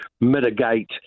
mitigate